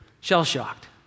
shell-shocked